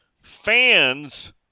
fans